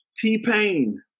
T-Pain